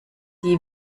die